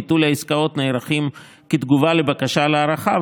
ביטולי העסקאות נערכים כתגובה על בקשה להארכה,